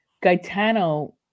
Gaetano